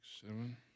seven